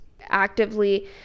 actively